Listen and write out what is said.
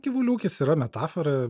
gyvulių ūkis yra metafora